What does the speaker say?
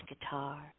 guitar